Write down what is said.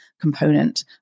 component